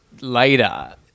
Later